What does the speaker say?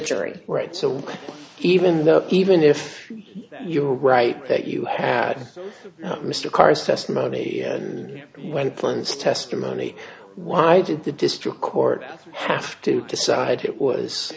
jury right so even though even if you were right that you had mr karr's testimony when plans testimony why did the district court have to decide it was